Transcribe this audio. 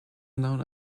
known